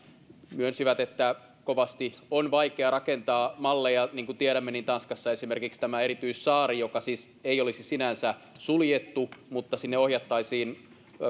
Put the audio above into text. myönsi että on kovasti vaikea rakentaa malleja niin kuin tiedämme tanskassa esimerkiksi tämä erityissaari joka siis ei olisi sinänsä suljettu mutta jonne ohjattaisiin